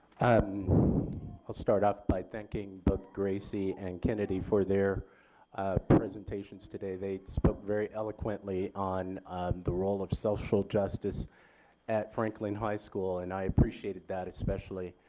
um i'll start out by thanking both gracie and kennadi for their presentations today, they spoke very eloquently on the role of social justice at franklin high school and i appreciated that especially.